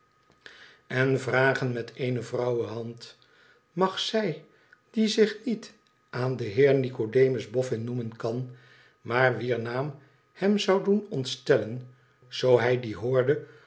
en vragen met eene vrouwenhand mag zij die zich niet aan den heer nicodemus bofhn noemen kan maar wier naam hem zou doen ontstellen zoo hij dien hoorde